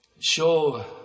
show